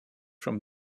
from